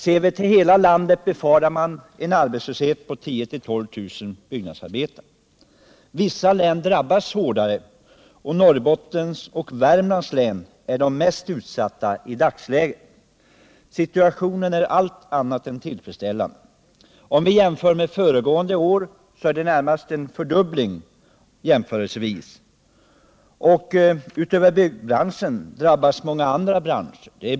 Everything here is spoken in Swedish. Ser vi till hela landet finner vi att man befarar en arbetslöshet för uppemot 10 000-12 000 byggnadsarbetare. Vissa län drabbas hårdare - Norrbotten och Värmland är de mest utsatta i dagsläget. Situationen är allt annat än tillfredsställande. Jämfört med föregående år är det närmast en fördubbling av antalet arbetslösa inom branschen. Utöver byggbranschen drabbas många andra branscher.